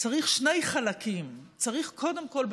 צריך שני חלקים: צריך קודם כול,